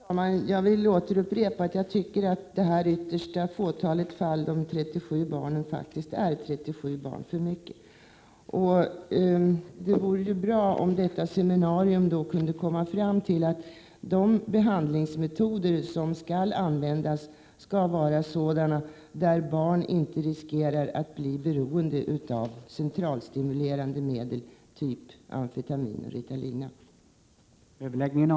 Herr talman! Jag vill återupprepa att jag tycker att detta ytterliga fåtal, de 37 barnen, faktiskt är 37 barn för mycket. Det vore bra om detta seminarium kunde komma fram till att de behandlingsmetoder som skall användas skall vara sådana att barn inte riskerar att bli beroende av centralstimulerande medel typ amfetamin och ritalina.